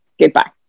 goodbye